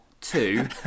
two